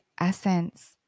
essence